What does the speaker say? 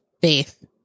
faith